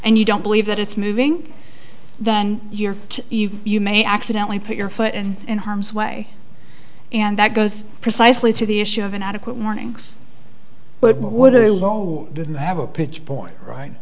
and you don't believe that it's moving then you're even you may accidently put your foot and in harm's way and that goes precisely to the issue of an adequate warnings but what are the low didn't have a pitch point right